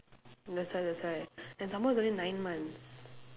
that's why that's why and some more it's only nine months